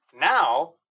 Now